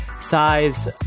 size